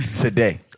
today